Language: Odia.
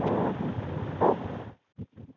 ଓଃ ହଉ